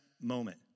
moment